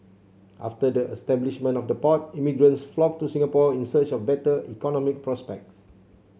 after the establishment of the port immigrants flocked to Singapore in search of better economic prospects